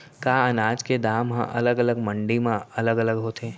का अनाज के दाम हा अलग अलग मंडी म अलग अलग होथे?